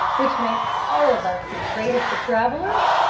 which makes all of us the greatest of travelers?